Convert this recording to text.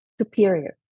superior